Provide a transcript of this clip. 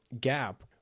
gap